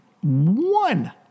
One